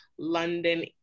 london